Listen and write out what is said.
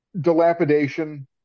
dilapidation